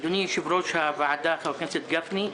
אדוני יושב-ראש הוועדה, חבר הכנסת גפני,